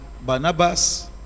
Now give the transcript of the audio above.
Barnabas